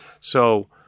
So-